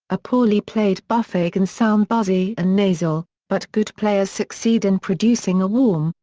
a poorly played buffet can sound buzzy and nasal, but good players succeed in producing a warm,